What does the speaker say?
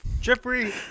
Jeffrey